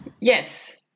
yes